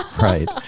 Right